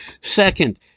Second